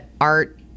art